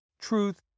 Truth